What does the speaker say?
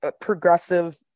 progressive